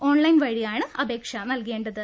online വഴിയാണ് അപേക്ഷ നൽകേണ്ടത്